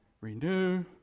renew